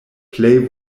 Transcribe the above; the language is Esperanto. plej